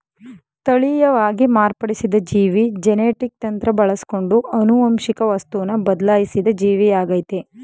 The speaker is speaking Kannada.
ತಳೀಯವಾಗಿ ಮಾರ್ಪಡಿಸಿದ ಜೀವಿ ಜೆನೆಟಿಕ್ ತಂತ್ರ ಬಳಸ್ಕೊಂಡು ಆನುವಂಶಿಕ ವಸ್ತುನ ಬದ್ಲಾಯ್ಸಿದ ಜೀವಿಯಾಗಯ್ತೆ